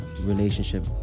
relationship